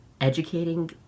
educating